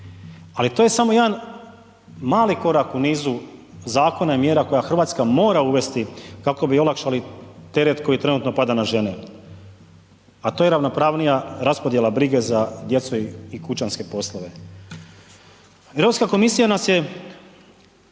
ali to je samo jedan mali korak u nizu Zakona i mjera koja Hrvatska mora uvesti kako bi olakšali teret koji trenutno pada na žene, a to je ravnopravnija raspodjela brige za djecu i kućanske poslove. Europska komisija nas je